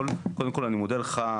קודם כל אני מודה לך,